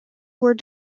were